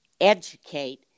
educate